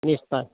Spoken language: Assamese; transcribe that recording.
নিশ্চয়